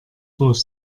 durch